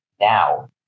now